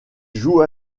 joue